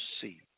see